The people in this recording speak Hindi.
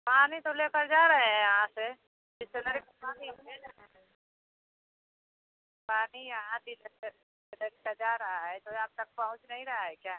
पानी तो लेकर जा रहे हैं यहाँ से के पानी हम ले जाने दे पानी यहाँ भी ट्रेक्टर जा रहा है तो आप तक पहुँच नहीं रहा है क्या